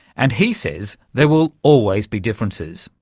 and he says there will always be differences,